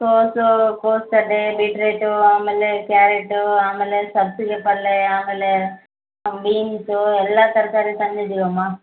ಕೋಸು ಕೋಸು ಗಡ್ಡೆ ಬಿಟ್ರೇಟು ಆಮೇಲೆ ಕ್ಯಾರೆಟು ಆಮೇಲೆ ಸಬ್ಬಸಿಗೆ ಪಲ್ಲೆ ಆಮೇಲೆ ಬೀನ್ಸು ಎಲ್ಲ ತರಕಾರಿ ತಂದಿದ್ದೀವಮ್ಮ